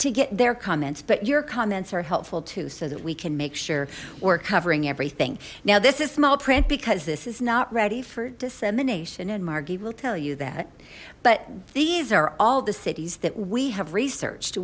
to get their comments but your comments are helpful too so that we can make sure we're covering everything now this is small print because this is not ready for dissemination and margie will tell you that but these are all the cities that we have research